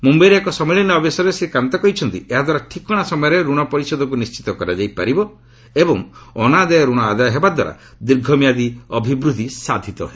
ମୁମ୍ୟଇରେ ଏକ ସମ୍ମିଳନୀ ଅବସରରେ ଶ୍ରୀ କାନ୍ତ କହିଛନ୍ତି ଏହାଦ୍ୱାରା ଠିକଣା ସମୟରେ ଋଣ ପରିଶୋଧକୁ ନିଣ୍ଢିତ କରାଯାଇପାରିବ ଏବଂ ଅନାଦେୟ ଋଣ ଆଦାୟ ହେବାଦ୍ୱାରା ଦୀର୍ଘମିଆଦି ଅଭିବୃଦ୍ଧି ସାଧିତ ହେବ